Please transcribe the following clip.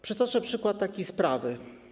Przytoczę przykład takiej sprawy.